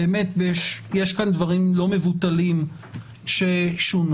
יש כאן דברים לא מבוטלים ששונו.